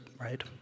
right